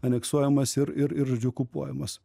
aneksuojamos ir ir ir okupuojamos